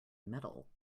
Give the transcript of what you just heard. metal